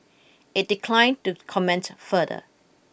it declined to comment further